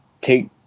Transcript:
take